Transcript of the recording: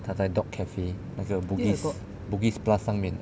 她在 dog cafe 那个 bugis bugis plus 上面的